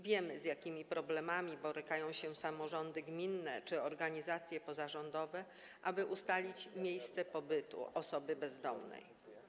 Wiemy, z jakimi problemami borykają się samorządy gminne czy organizacje pozarządowe, jeśli chodzi o ustalenie miejsca pobytu osoby bezdomnej.